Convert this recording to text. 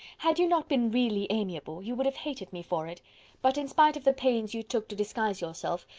had you not been really amiable, you would have hated me for it but in spite of the pains you took to disguise yourself,